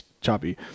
choppy